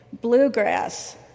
bluegrass